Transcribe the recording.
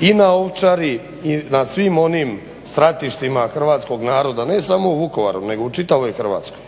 i na ovčari i na svim onim stratištima hrvatskog naroda, ne samo u Vukovaru nego u čitavoj Hrvatskoj.